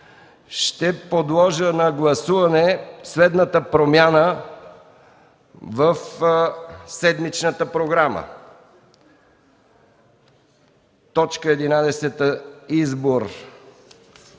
ще подложа на гласуване следната промяна в седмичната програма: Точка 11 – Избор